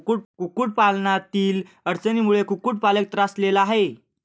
कुक्कुटपालनातील अडचणींमुळे कुक्कुटपालक त्रासलेला आहे